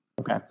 okay